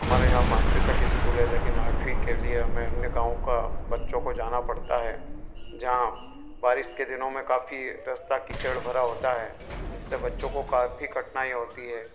हमारे यहाँ पाँचवीं तक का स्कूल है लेकिन आठवीं के लिए हमें अन्य गाँवों का बच्चों को जाना पड़ता है जहाँ बारिश के दिनों में काफ़ी रास्ता कीचड़ भरा होता है जिससे बच्चों को काफ़ी कठिनाई होती है